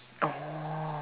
oh